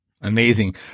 Amazing